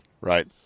Right